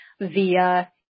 via